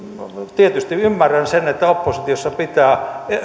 tietysti ymmärrän sen että oppositiossa pitää